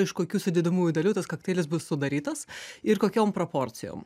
iš kokių sudedamųjų dalių tas kokteilis bus sudarytas ir kokiom proporcijom